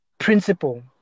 principle